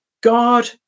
God